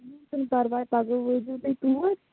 چھُنہٕ پَرواے پَگاہ وٲتۍزیو تُہۍ توٗرۍ